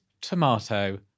tomato